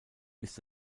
ist